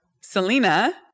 selena